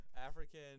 African